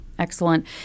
Excellent